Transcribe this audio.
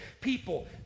people